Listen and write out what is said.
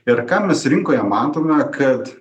ir ką mes rinkoje matome kad